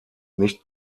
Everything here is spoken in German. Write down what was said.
nicht